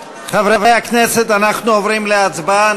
חברי הכנסת, אנחנו עוברים להצבעה.